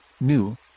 new